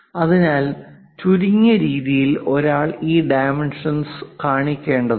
അതിനാൽ ചുരുങ്ങിയ രീതിയിൽ ഒരാൾ ഈ ഡൈമെൻഷൻസ്കൾ കാണിക്കേണ്ടതുണ്ട്